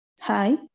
Hi